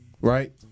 right